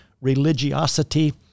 religiosity